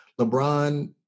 LeBron